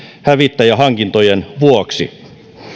hävittäjähankintojen vuoksi